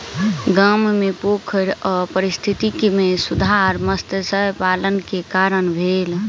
गाम मे पोखैर आ पारिस्थितिकी मे सुधार मत्स्य पालन के कारण भेल